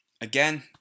Again